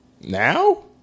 Now